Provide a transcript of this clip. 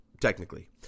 technically